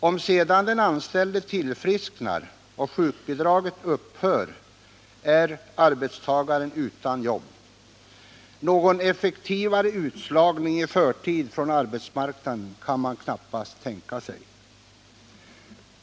Om sedan den anställde tillfrisknar och sjukbidraget upphör är han utan jobb. Någon effektivare utslagning i förtid från arbetsmarknaden kan man knappast tänka sig.